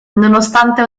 nonostante